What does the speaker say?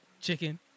Chicken